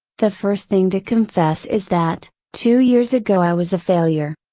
the first thing to confess is that, two years ago i was a failure.